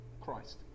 Christ